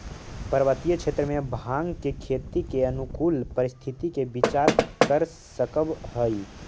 पर्वतीय क्षेत्र में भाँग के खेती के अनुकूल परिस्थिति के विचार कर सकऽ हई